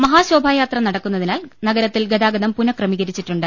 മഹാ ശോഭായാത്ര നടക്കുന്നതിനാൽ നഗരത്തിൽ ഗതാഗതം പുനഃക്രമീ കരിച്ചിട്ടുണ്ട്